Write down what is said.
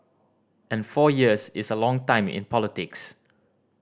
and four years is a long time in politics